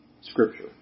scripture